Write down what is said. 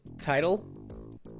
title